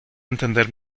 entender